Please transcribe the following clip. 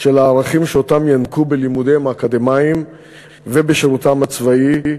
של הערכים שאותם ינקו בלימודיהם האקדמיים ובשירותם הצבאי.